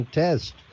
test